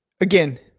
again